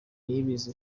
niyibizi